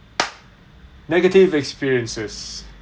negative experiences